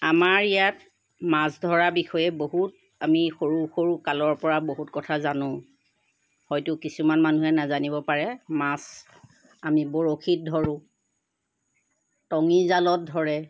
আমাৰ ইয়াত মাছ ধৰা বিষয়ে বহুত আমি সৰু সৰু কালৰ পৰা বহুত কথা জানো হয়তো কিছুমান মানুহে নাজানিব পাৰে মাছ আমি বৰশীত ধৰো টঙি জালত ধৰে